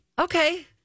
Okay